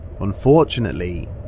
Unfortunately